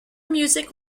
music